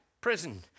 prison